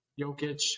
Jokic